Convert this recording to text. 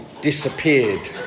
disappeared